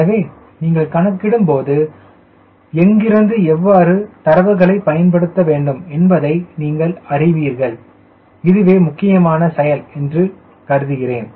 எனவே நீங்கள் கணக்கிடும்போது எங்கிருந்து எவ்வாறு தரவுகளை பயன்படுத்த வேண்டும் என்பதை நீங்கள் அறிவீர்கள் இதுவே நான் முக்கியமான செயல் என்று கருதுகிறேன்